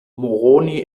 moroni